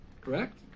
Correct